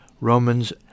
Romans